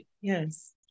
Yes